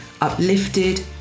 uplifted